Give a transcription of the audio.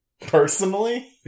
personally